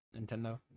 nintendo